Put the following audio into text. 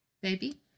Baby